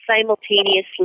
simultaneously